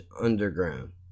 underground